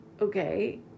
Okay